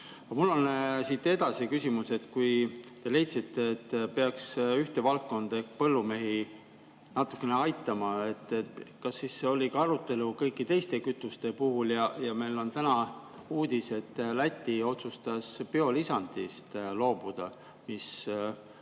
mul on siit edasi küsimus. Kui te leidsite, et peaks ühte valdkonda ehk põllumehi natukene aitama, kas siis oli ka arutelu kõigi teiste kütuste [aktsiisi] üle? Meil on täna uudis, et Läti otsustas biolisandist loobuda.